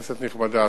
כנסת נכבדה,